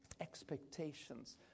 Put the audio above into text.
expectations